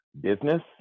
business